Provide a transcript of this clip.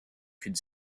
could